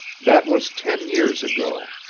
that was ten years ago.